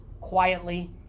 quietly